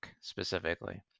specifically